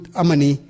amani